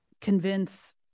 convince